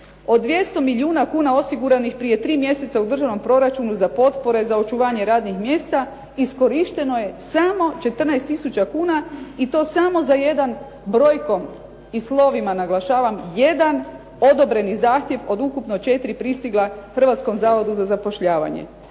Od 200 milijuna kuna osiguranih prije 3 mjeseca u državnom proračunu za potpore za očuvanje radnih mjesta iskorišteno je samo 14 tisuća kuna i to samo za jedan brojkom i slovima naglašavam jedan odobreni zahtjev od ukupno četiri pristigla Hrvatskom zavodu za zapošljavanje.